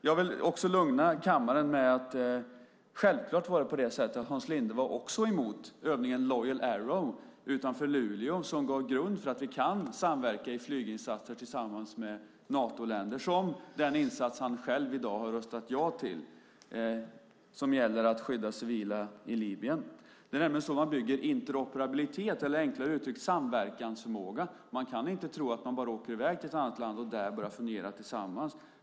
Jag vill lugna kammaren med att det självklart var så att Hans Linde också var emot övningen Loyal Arrow utanför Luleå som gav grunden för att vi kan samverka i flyginsatser tillsammans med Natoländer, som den insats han själv i dag har röstat ja till och som gäller att skydda civila i Libyen. Det är nämligen så man bygger interoperabilitet, eller enklare uttryckt samverkansförmåga. Man kan inte tro att man bara åker i väg till ett annat land och där börjar fungera tillsammans.